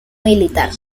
militar